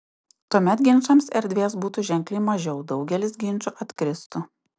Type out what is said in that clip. tuomet ginčams erdvės būtų ženkliai mažiau daugelis ginčų atkristų